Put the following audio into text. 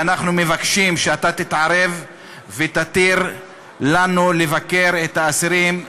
ואנחנו מבקשים שאתה תתערב ותתיר לנו לבקר את האסירים,